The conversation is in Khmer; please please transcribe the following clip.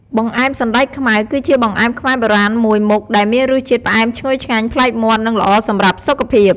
បង្អែមសណ្ដែកខ្មៅ គឺជាបង្អែមខ្មែរបុរាណមួយមុខ ដែលមានរសជាតិផ្អែមឈ្ងុយឆ្ងាញ់ប្លែកមាត់ និងល្អសម្រាប់សុខភាព។